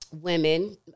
women